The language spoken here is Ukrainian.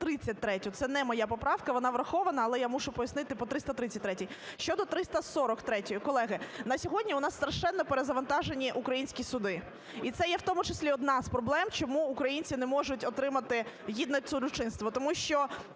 Це не моя поправка, вона врахована, але я мушу пояснити по 333-й. Щодо 343-ї. Колеги, на сьогодні у нас страшенноперезавантажені українські суди. І це є в тому числі одна з проблем, чому українці не можуть отримати гідне судочинство.